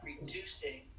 reducing